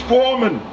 Foreman